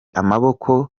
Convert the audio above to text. amaboko